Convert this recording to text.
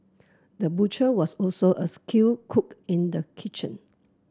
the butcher was also a skilled cook in the kitchen